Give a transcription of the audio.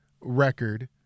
record